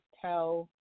tell